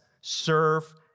serve